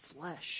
flesh